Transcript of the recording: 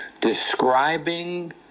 describing